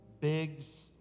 Biggs